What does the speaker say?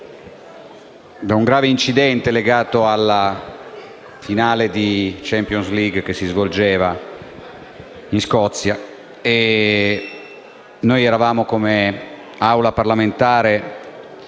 da un grave incidente legato alla finale di Champions League, che si svolgeva in Scozia. Le attività parlamentari